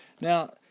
Now